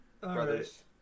Brothers